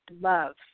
love